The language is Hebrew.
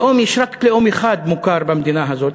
לאום יש רק לאום אחד מוכר במדינה הזאת,